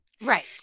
Right